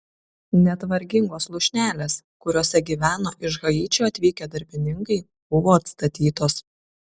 net vargingos lūšnelės kuriose gyveno iš haičio atvykę darbininkai buvo atstatytos